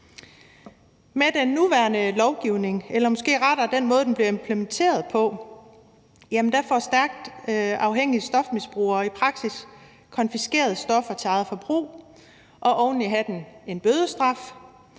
Med den nuværende lovgivning eller måske rettere med den måde, den bliver implementeret på, får stærkt afhængige stofmisbrugere i praksis konfiskeret stoffer til eget forbrug og oven i hatten en bødestraf,